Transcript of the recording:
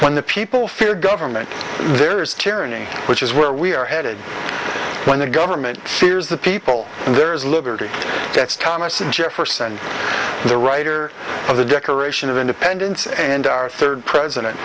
when the people fear government there is tyranny which is where we are headed when the government fears the people there is liberty that's thomas jefferson the writer of the decoration of the dependence and our third president